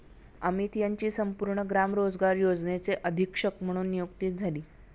अमित यांची संपूर्ण ग्राम रोजगार योजनेचे अधीक्षक म्हणून नियुक्ती झाली